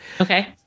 Okay